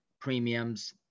premiums